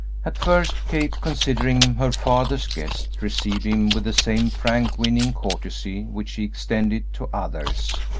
at first, kate, considering him her father's guest, received him with the same frank, winning courtesy which she extended to others,